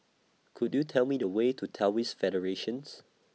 Could YOU Tell Me The Way to Taoist Federations